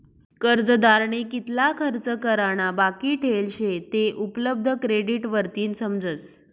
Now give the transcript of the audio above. कर्जदारनी कितला खर्च करा ना बाकी ठेल शे ते उपलब्ध क्रेडिट वरतीन समजस